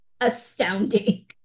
astounding